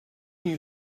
new